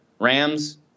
Rams